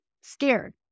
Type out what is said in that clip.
scared